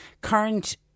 Current